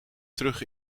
terug